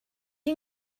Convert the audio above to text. you